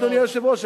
אדוני היושב-ראש,